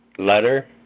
letter